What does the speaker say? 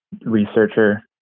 researcher